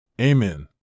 Amen